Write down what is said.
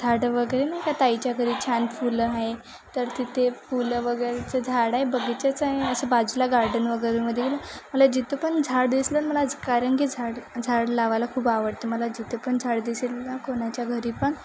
झाडं वगैरे नाही का ताईच्या घरी छान फुलं आहे तर तिथे फुलं वगैरेचं झाड आहे बगीचाच आहे असं बाजूला गार्डन वगैरेमध्ये मला जिथं पण झाड दिसलं मला कारण की झाड झाड लावायला खूप आवडते मला जिथं पण झाड दिसेल ना कोणाच्या घरी पण